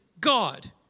God